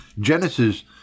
Genesis